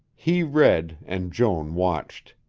he read and joan watched.